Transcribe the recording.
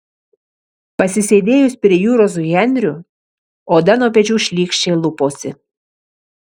pasisėdėjus prie jūros su henriu oda nuo pečių šlykščiai luposi